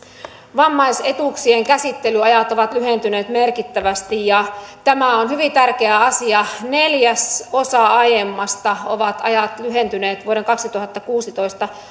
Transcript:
vammaisetuuksien käsittelyajat ovat lyhentyneet merkittävästi ja tämä on hyvin tärkeä asia neljäsosan aiemmasta ovat ajat lyhentyneet vuoden kaksituhattakuusitoista